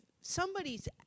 somebody's